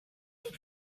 did